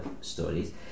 stories